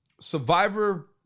Survivor